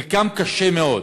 חלקם קשה מאוד.